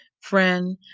Friend